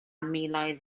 miloedd